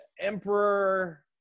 Emperor